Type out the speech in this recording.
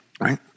Right